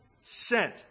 sent